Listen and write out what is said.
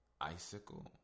Icicle